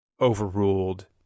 overruled